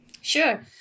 Sure